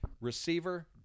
receiver